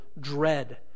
dread